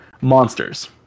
monsters